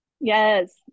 Yes